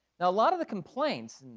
now a lot of the complaints,